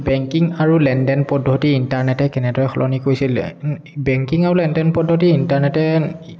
banking আৰু লেন দেন পদ্ধতি ইণ্টাৰনেটে কেনেদৰে সলনি কৰিছিলে বেংকিং আৰু লেন দেন পদ্ধতি ইণ্টাৰনেটে